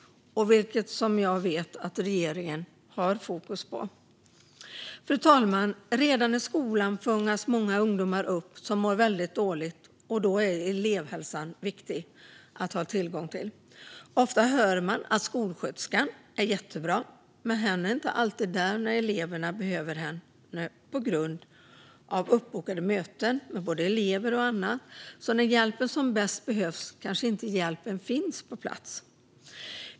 Och jag vet att regeringen har fokus på detta. Fru talman! Redan i skolan fångas många ungdomar upp som mår väldigt dåligt. Då är elevhälsan viktig att ha tillgång till. Ofta hör man att skolsköterskan är jättebra. Men hen är inte alltid där när eleverna behöver hen på grund av uppbokade möten med både elever och andra. När hjälpen behövs som bäst kanske hjälpen inte finns på plats.